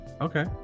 Okay